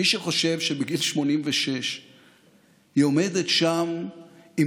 מי שחושב שבגיל 86 היא עומדת שם עם